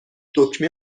دکمه